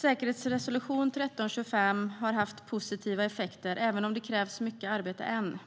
Säkerhetsresolution 1325 har haft positiva effekter, även om det fortfarande krävs mycket arbete.